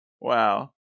Wow